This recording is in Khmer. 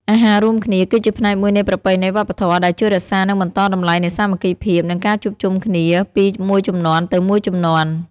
អាហាររួមគ្នាគឺជាផ្នែកមួយនៃប្រពៃណីវប្បធម៌ ដែលជួយរក្សា និងបន្តតម្លៃនៃសាមគ្គីភាព និងការជួបជុំគ្នាពីមួយជំនាន់ទៅមួយជំនាន់។